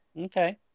okay